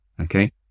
Okay